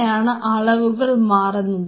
ഇങ്ങനെയാണ് അളവുകൾ മാറുന്നത്